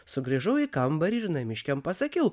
sugrįžau į kambarį ir namiškiam pasakiau